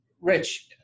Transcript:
rich